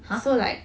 !huh!